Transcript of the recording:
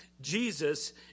Jesus